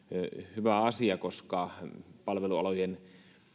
hyvä asia koska palvelualojen